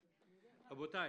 --- רבותי,